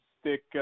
stick